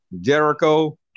Jericho